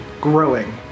growing